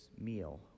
meal